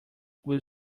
will